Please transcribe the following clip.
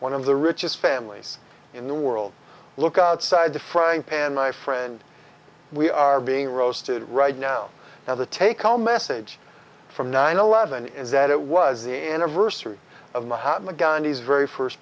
one of the richest families in the world look outside the frying pan my friend we are being roasted right now now the take home message from nine eleven is that it was the anniversary of